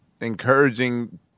encouraging